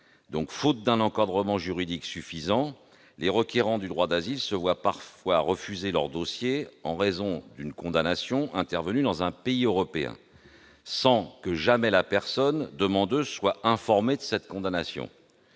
Faute d'un encadrement juridique suffisant, les requérants du droit d'asile se voient parfois refuser leur dossier en raison d'une condamnation intervenue dans un pays européen, alors même qu'ils n'ont jamais eu connaissance d'une telle condamnation.